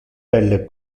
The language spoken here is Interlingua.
belle